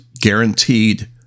guaranteed